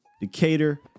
Decatur